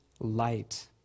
light